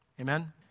Amen